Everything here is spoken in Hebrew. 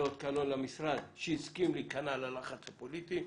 זאת אות קלון למשרד שהסכים להיכנע ללחץ הפוליטי.